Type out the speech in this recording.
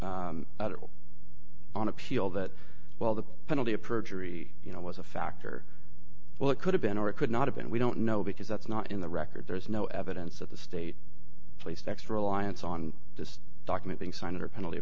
on appeal that while the penalty of perjury you know was a factor well it could have been or it could not have been we don't know because that's not in the record there is no evidence that the state placed next reliance on this document being signed or penalty